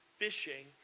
Fishing